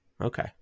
Okay